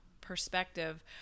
perspective